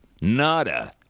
Nada